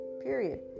period